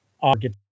August